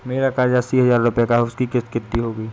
मेरा कर्ज अस्सी हज़ार रुपये का है उसकी किश्त कितनी होगी?